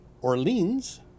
Orleans